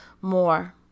more